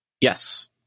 Yes